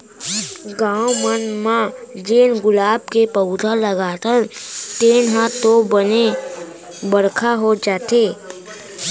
गॉव मन म जेन गुलाब के पउधा लगाथन तेन ह तो बने बड़का हो जाथे